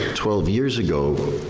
twelve years ago,